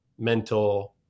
mental